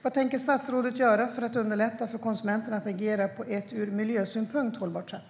Vad tänker statsrådet göra för att underlätta för konsumenterna att agera på ett ur miljösynpunkt hållbart sätt?